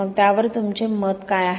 मग त्यावर तुमचे मत काय आहे